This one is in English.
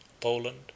Poland